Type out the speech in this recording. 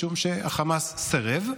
משום שהחמאס סירב,